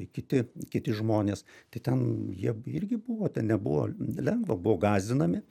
kiti kiti žmonės tai ten jie irgi buvo ten nebuvo lengva buvo gąsdinami